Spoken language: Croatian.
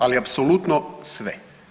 Ali apsolutno sve.